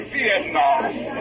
Vietnam